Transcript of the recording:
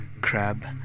crab